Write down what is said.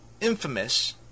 infamous